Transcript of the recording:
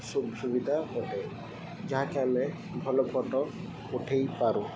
ସୁ ସୁବିଧା ଅଟେ ଯାହାକି ଆମେ ଭଲ ଫଟୋ ଉଠେଇ ପାରୁ